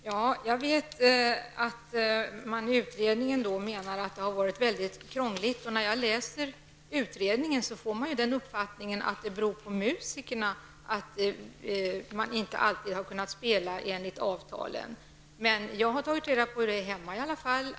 Herr talman! Jag vet att utredningen menar att det har varit mycket krångligt. När jag läser utredningen får jag uppfattningen att det beror på att musikerna inte alltid har kunnat spela i enlighet med avtalen. Men jag har tagit reda på hur det är på min hemort.